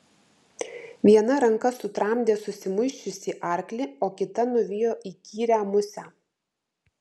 viena ranka sutramdė susimuisčiusį arklį o kita nuvijo įkyrią musę